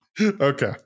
Okay